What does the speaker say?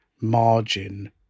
margin